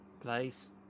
place